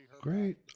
Great